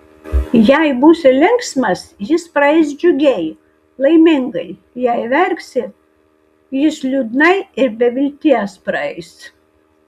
jei būsi linksmas jis praeis džiugiai laimingai jei verksi jis liūdnai ir be vilties praeis